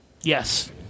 Yes